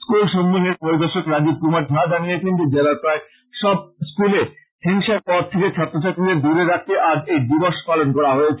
school সমুহের পরিদর্শক রাজীব কুমার ঝা জানিয়েছেন যে জেলার প্রায় সবগুলি স্কুলে হিংসার পথ থেকে ছাত্র ছাত্রীদের দূরে রাখতে আজ এই দিবস পালন করা হয়েছে